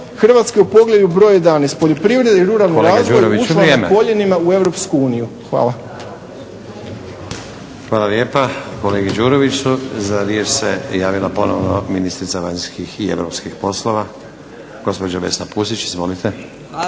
Hrvatska u poglavlju broj 11.-Poljoprivreda i ruralni razvoj ušla na koljenima u EU. Hvala. **Stazić, Nenad (SDP)** Hvala lijepa kolegi Đuroviću. Za riječ se javila ponovno ministrica vanjskih i europskih poslova gospođa Vesna Pusić. Izvolite.